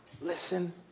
Listen